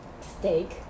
steak